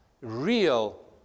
real